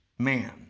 man